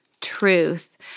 truth